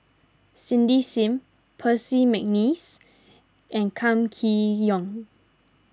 Cindy Sim Percy McNeice and Kam Kee Yong